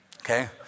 Okay